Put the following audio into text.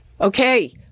Okay